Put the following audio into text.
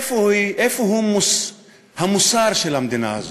איפה הוא המוסר של המדינה הזו?